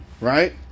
right